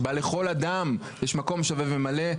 שבה לכל אדם יש מקום שווה ומלא,